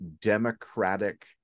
democratic